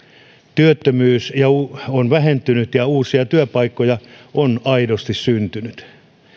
työttömyys on vähentynyt ja uusia työpaikkoja on aidosti syntynyt